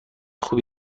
خوبی